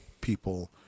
people